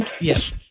Yes